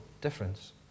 difference